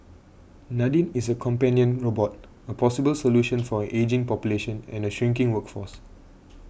Nadine is a companion robot a possible solution for an ageing population and shrinking workforce